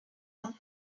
ans